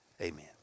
amen